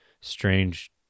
strange –